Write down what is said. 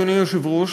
אדוני היושב-ראש,